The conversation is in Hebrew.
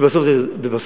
כי בסוף זה כולנו.